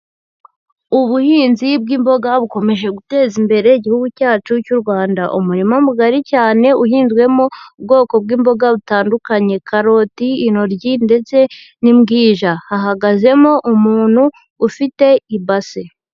Ubuhinzi bw'imboga bukomeje guteza imbere Igihugu cyacu cy'u Rwanda, umurima mugari cyane uhinzwemo ubwoko bw'imboga butandukanye, karoti, intoryi ndetse n'imbwija, hahagazemo umuntu ufite ibase.